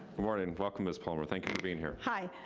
morning, welcome, miss palmer, thank you for being here. hi,